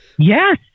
Yes